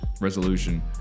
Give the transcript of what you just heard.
resolution